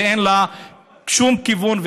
ואין לה שום כיוון,